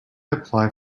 apply